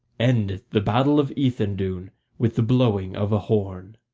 endeth the battle of ethandune with the blowing of a horn.